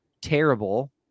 terrible